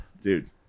dude